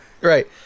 right